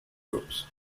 groups